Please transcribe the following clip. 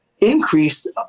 increased